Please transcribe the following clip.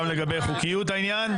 גם לגבי חוקיות העניין,